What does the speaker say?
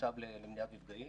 למניעת מפגעים,